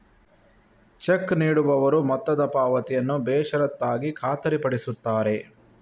check ನೀಡುವವರು ಮೊತ್ತದ ಪಾವತಿಯನ್ನು ಬೇಷರತ್ತಾಗಿ ಖಾತರಿಪಡಿಸುತ್ತಾರೆ